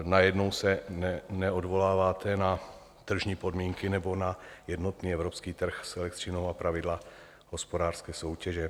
Najednou se neodvoláváte na tržní podmínky nebo na jednotný evropský trh s elektřinou a pravidla hospodářské soutěže.